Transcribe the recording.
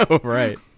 Right